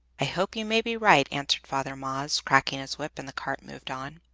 i hope you may be right, answered father maes, cracking his whip, and the cart moved on.